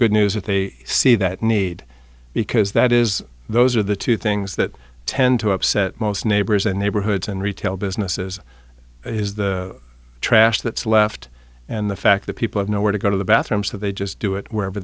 good news if they see that need because that is those are the two things that tend to upset most neighbors and neighborhoods and retail businesses is the trash that's left and the fact that people have nowhere to go to the bathroom so they just do it wherever